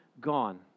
gone